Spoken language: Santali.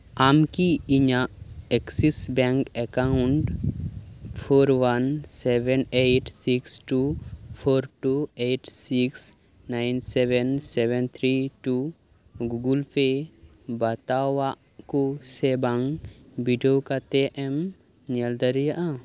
ᱟᱢ ᱠᱤ ᱤᱧᱟᱜ Axis bank account four one seven eight six two four two eight six nine seven seven three two Google Pay ᱵᱟᱛᱟᱣᱟᱜ ᱠᱚ ᱥᱮ ᱵᱟᱝ ᱵᱤᱰᱟᱹᱣ ᱠᱟᱛᱮᱫ ᱮᱢ ᱧᱮᱞ ᱫᱟᱲᱮᱭᱟᱜᱼᱟ